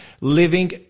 living